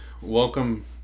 Welcome